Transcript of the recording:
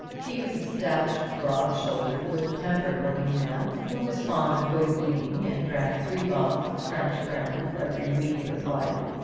he was a stout, broad-shouldered, good-tempered-looking man, who was fond of good eating, and drank three bottles of french brandy every week of his life.